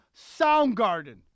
Soundgarden